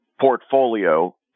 portfolio